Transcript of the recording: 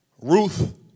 Ruth